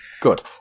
good